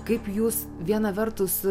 kaip jūs viena vertus